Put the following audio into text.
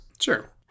Sure